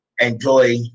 enjoy